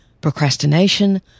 Procrastination